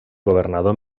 governador